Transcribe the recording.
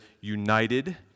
united